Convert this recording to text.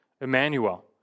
Emmanuel